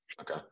Okay